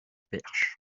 perche